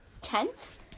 tenth